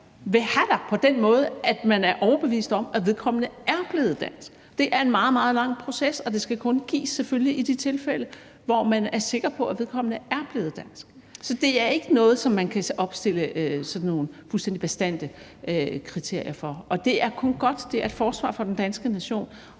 vil have dig på den måde, at man er overbevist om, at vedkommende er blevet dansk. Det er en meget, meget lang proces, og det skal selvfølgelig kun gives i de tilfælde, hvor man er sikker på, at vedkommende er blevet dansk. Så det er ikke noget, som man kan opstille sådan nogle fuldstændig bastante kriterier for. Og det er kun godt; det er et forsvar for den danske nation,